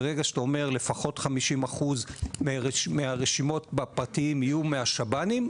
ברגע שאתה אומר שלפחות 50% מהרשימות בפרטיים יהיו מהשב"נים,